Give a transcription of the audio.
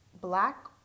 black